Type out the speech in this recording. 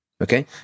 Okay